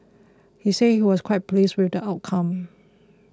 he said he was quite pleased with the outcome